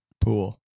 Pool